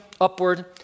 upward